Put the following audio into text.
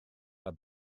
mae